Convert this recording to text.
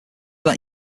that